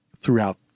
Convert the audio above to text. throughout